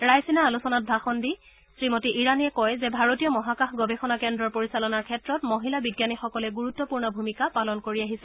ৰায়ছিনা আলোচনাত ভাষণ দি শ্ৰীমতী ইৰাণীয়ে কয় যে ভাৰতীয় মহাকাশ গৱেষণা কেন্দ্ৰৰ পৰিচালনাৰ ক্ষেত্ৰত মহিলা বিজ্ঞানীসকলে গুৰুত্পূৰ্ণ ভূমিকা পালন কৰি আহিছে